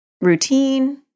routine